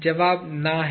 जवाब न है